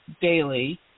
daily